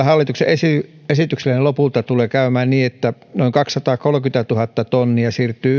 hallituksen esityksellähän lopulta tulee käymään niin että noin kaksisataakolmekymmentätuhatta tonnia yhdysjätettä siirtyy